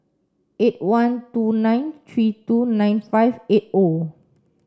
eight one two nine three two nine five eight O